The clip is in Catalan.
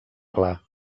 clar